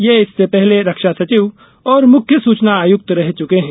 ये इससे पहले रक्षा सचिव और मुख्य सूचना आयुक्त रह चुके हैं